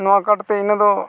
ᱱᱚᱣᱟ ᱠᱟᱨᱰᱛᱮ ᱤᱱᱟᱹ ᱫᱚ